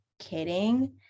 kidding